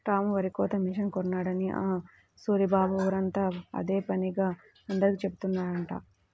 రాము వరికోత మిషన్ కొన్నాడని ఆ సూరిబాబు ఊరంతా అదే పనిగా అందరికీ జెబుతున్నాడంట